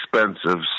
expensive